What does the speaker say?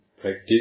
practice